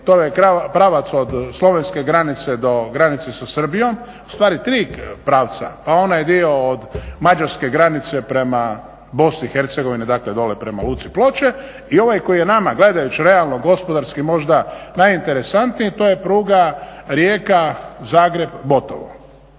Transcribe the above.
To je pravac od slovenske granice do granice sa Srbijom, u stvari tri pravca. Pa onaj dio od mađarske granice prema Bosni i Hercegovini, dakle dole prema luci Ploče i ovaj koji je nama gledajući realno gospodarski možda najinteresantniji to je pruga Rijeka – Zagreb - Botovo.